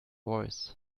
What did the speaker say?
voice